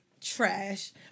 Trash